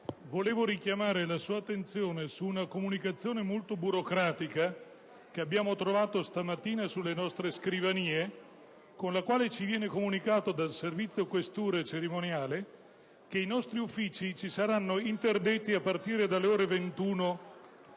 volevo richiamare la sua attenzione su una comunicazione, molto burocratica, che abbiamo trovato stamattina sulle nostre scrivanie, con la quale ci viene comunicato dal Servizio di questura e del cerimoniale che, d'ora in poi, i nostri uffici ci saranno interdetti a partire delle ore 21.